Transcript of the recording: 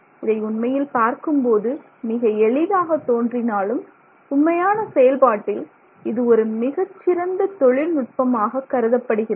இதை உண்மையில் பார்க்கும்போது மிக எளிதாகத் தோன்றினாலும் உண்மையான செயல்பாட்டில் இது ஒரு மிகச்சிறந்த தொழில்நுட்பமாக கருதப்படுகிறது